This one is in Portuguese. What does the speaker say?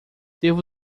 devo